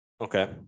Okay